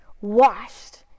washed